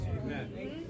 Amen